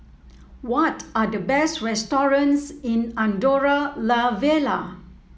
what are the best restaurants in Andorra La Vella